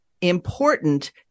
important